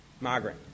Margaret